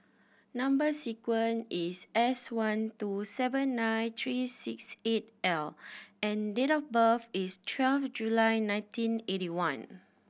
number sequence is S one two seven nine three six eight L and date of birth is twelve July nineteen eighty one